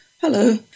Hello